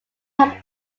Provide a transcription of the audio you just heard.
have